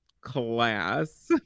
class